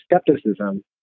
skepticism